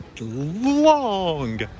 long